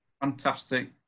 Fantastic